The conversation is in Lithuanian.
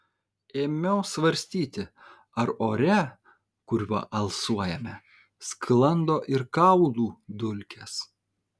ėmiau svarstyti ar ore kuriuo alsuojame sklando ir kaulų dulkės